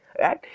right